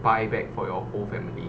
buy back for your whole family